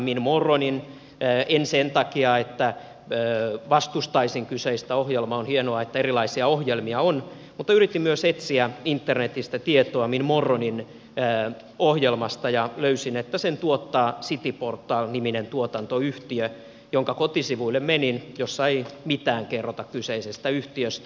en tehnyt sitä sen takia että vastustaisin kyseistä ohjelmaa on hienoa että erilaisia ohjelmia on mutta yritin myös etsiä internetistä tietoa min morgonin ohjelmasta ja löysin että sen tuottaa cityportal niminen tuotantoyhtiö jonka kotisivuille menin jossa ei mitään kerrota kyseisestä yhtiöstä